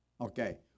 Okay